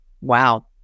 Wow